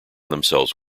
themselves